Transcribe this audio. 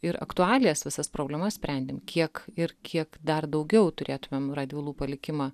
ir aktualijas visas problemas sprendėm kiek ir kiek dar daugiau turėtumėm radvilų palikimą